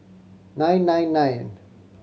nine nine nine